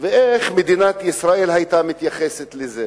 ואיך מדינת ישראל היתה מתייחסת לזה.